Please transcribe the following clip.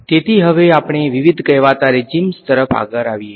તેથીહવે આપણે વિવિધ કહેવાતા રેજીમ્સ તરફ આવીએ